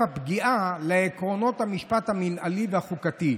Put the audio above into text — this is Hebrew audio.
הפגיעה לעקרונות המשפט המינהלי והחוקתי.